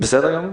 בסדר גמור.